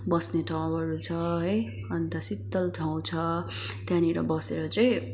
बस्ने ठाउँहरू छ है अन्त शीतल ठाउँ छ त्यहाँनिर बसेर चाहिँ